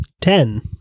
Ten